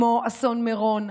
כמו אסון מירון,